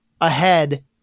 ahead